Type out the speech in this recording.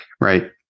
right